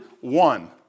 one